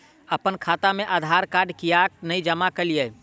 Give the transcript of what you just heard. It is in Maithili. अप्पन खाता मे आधारकार्ड कियाक नै जमा केलियै?